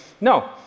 no